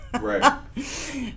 right